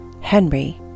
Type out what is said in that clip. Henry